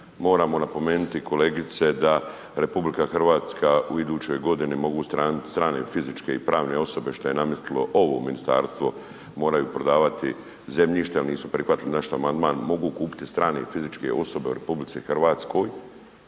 Moramo napomenuti kolegice da RH u idućoj godini mogu strane fizičke i pravne osobe što je nametnulo ovo ministarstvo moraju prodavati zemljište jer nisu prihvatili naš amandman, mogu kupiti strane i fizičke osobe u RH poljoprivredno